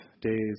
days